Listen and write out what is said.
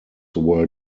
were